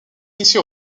initiée